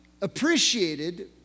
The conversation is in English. appreciated